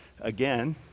again